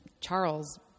Charles